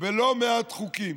בלא מעט חוקים